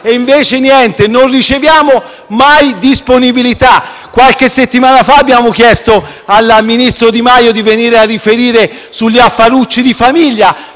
Invece, niente, non riceviamo mai disponibilità. Qualche settimana fa abbiamo chiesto al ministro Di Maio di venire a riferire sugli affarucci di famiglia;